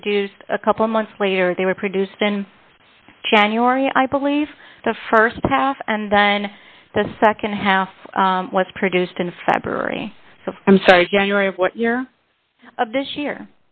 produced a couple of months later they were produced in january i believe the st half and then the nd half was produced in february i'm sorry january of what year of this year